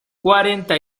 cuarenta